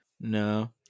No